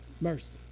mercy